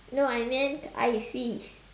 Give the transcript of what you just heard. no I meant I_C